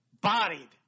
Bodied